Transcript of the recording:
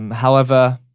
and however,